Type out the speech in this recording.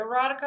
erotica